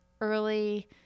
early